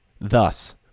Thus